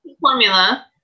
formula